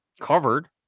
covered